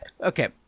Okay